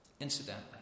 Incidentally